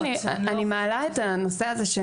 שוב מעלה את הנושא הזה.